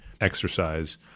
exercise